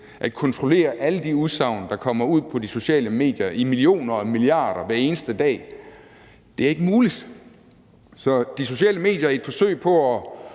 og milliarder udsagn, der kommer ud på de sociale medier hver eneste dag. Det er ikke muligt. Så de sociale medier laver i et forsøg på at